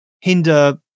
hinder